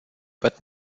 but